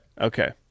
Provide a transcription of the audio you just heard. okay